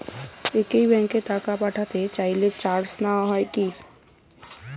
একই ব্যাংকে টাকা পাঠাতে চাইলে চার্জ নেওয়া হয় কি?